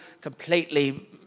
completely